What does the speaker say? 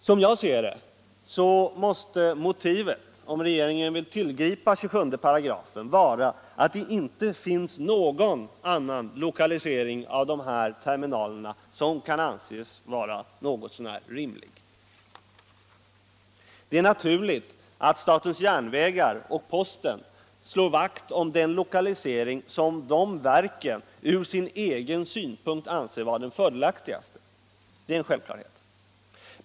Som jag ser det måste motivet — om regeringen vill tillgripa 27 §— vara att det inte finns någon annan lokalisering av de här terminalerna som kan vara något så när rimlig. Det är naturligt att statens järnvägar och posten slår vakt om den lokalisering som dessa verk ur sin egen synpunkt anser vara den fördelaktigaste.